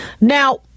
Now